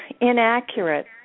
inaccurate